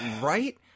right